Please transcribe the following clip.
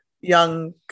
young